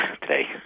today